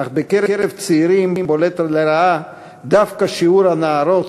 אך בקרב צעירים בולט לרעה דווקא שיעור הנערות,